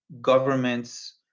governments